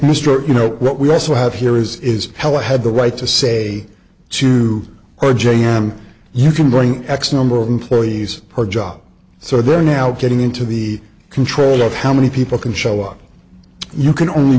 mr you know what we also have here is is how i had the right to say to our j m you can bring x number of employees per job so they're now getting into the control of how many people can show up you can only